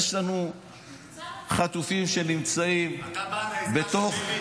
יש לנו חטופים שנמצאים בתוך,